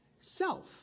self